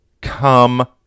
Come